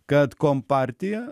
kad kompartija